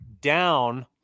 down